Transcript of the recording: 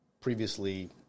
previously